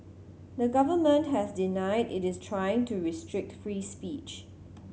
the government has denied it is trying to restrict free speech